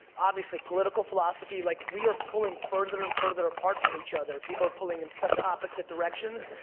obviously political philosophy, like we are pulling further and further apart from each other. people pulling in such opposite directions,